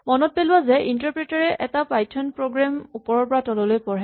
মনত পেলোৱা যে ইন্টাৰপ্ৰেটাৰ এ এটা পাইথন প্ৰগ্ৰেম ওপৰৰ পৰা তললৈ পঢ়ে